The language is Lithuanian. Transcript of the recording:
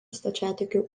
stačiatikių